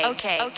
Okay